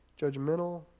Judgmental